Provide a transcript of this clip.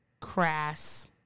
crass